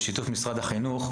בשיתוף עם משרד החינוך,